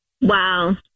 Wow